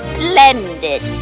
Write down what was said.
Splendid